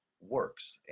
works